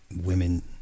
women